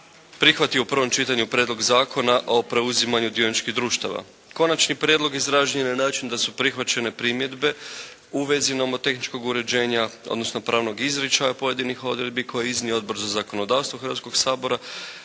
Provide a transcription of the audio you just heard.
prihvatio u prvom čitanju Prijedlog zakona o preuzimanju dioničkih društava. Konačni prijedlog izrađen je na način da su prihvaćene primjedbe u vezi nomotehničkog uređenja odnosno pravnog izričaja pojedinih odredbi koje je iznio Odbor za zakonodavstvo Hrvatskoga sabora.